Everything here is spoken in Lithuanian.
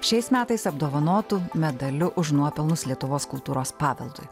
šiais metais apdovanotu medaliu už nuopelnus lietuvos kultūros paveldui